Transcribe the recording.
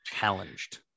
challenged